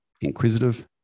inquisitive